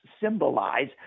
symbolize